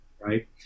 right